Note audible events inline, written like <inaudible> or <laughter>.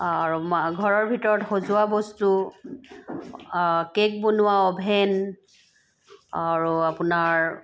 <unintelligible> ঘৰৰ ভিতৰত সজোৱা বস্তু কেক বনোৱা অ'ভেন আৰু আপোনাৰ